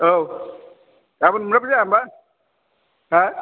औ गाबोन मोनबाबो जाया होनबा हो